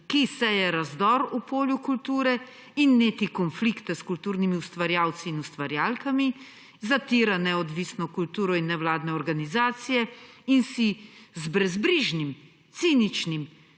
ki seje razdor v polju kulture in neti konflikte s kulturnimi ustvarjalci in ustvarjalkami, zatira neodvisno kulturo in nevladne organizacije in si z brezbrižnim ciničnim